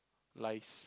lies